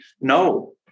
No